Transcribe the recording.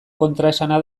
kontraesana